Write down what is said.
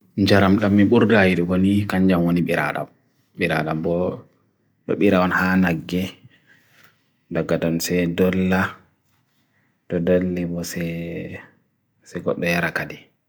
njaram kami burdairi wali kanjama ni biradab biradab bo bebirawan hanage dagadansi dolla do deli mo se sekot deyarakadi